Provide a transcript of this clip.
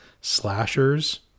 slashers